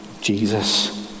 Jesus